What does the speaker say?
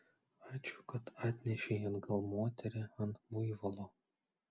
ačiū kad atnešei atgal moterį ant buivolo